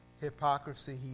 hypocrisy